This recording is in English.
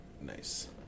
Nice